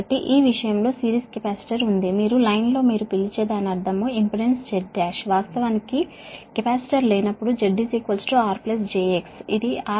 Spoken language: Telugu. కాబట్టి ఈ విషయం లో సిరీస్ కెపాసిటర్ ఉంది మీరు లైన్ లో మీరు పిలిచే దాని అర్థం ఇంపెడెన్స్ Z1 వాస్తవానికి కెపాసిటర్ లేనప్పుడు Z R j X